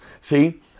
See